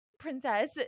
princess